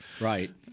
Right